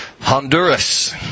Honduras